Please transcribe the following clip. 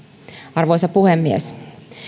arvoisa puhemies